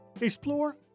Explore